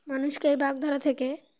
মানুষকে এই বাগধারা থেকে